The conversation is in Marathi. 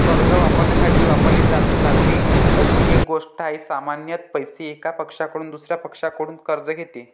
कर्ज वापरण्यासाठी वापरली जाते अशी एक गोष्ट आहे, सामान्यत पैसे, एका पक्षाकडून दुसर्या पक्षाकडून कर्ज घेते